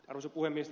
arvoisa puhemies